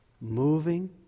moving